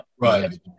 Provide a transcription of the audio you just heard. right